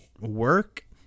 work